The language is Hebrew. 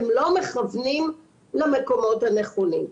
הם לא מכוונים למקומות הנכונים.